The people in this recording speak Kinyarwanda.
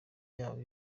yabo